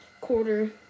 quarter